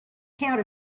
count